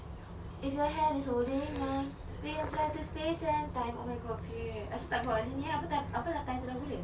if your hand is holding mine we will fly to space and time oh my god period asal tak keluar dekat sini eh apa title lagu dia